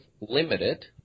limited